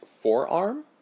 forearm